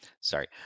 sorry